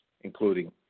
including